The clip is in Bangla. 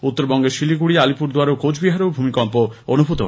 উত্তরবঙ্গের শিলিগুড়ি আলিপুরদুয়ার ও কোচবিহারেও এই ভূমিকম্প অনুভূত হয়